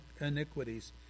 iniquities